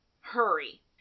Hurry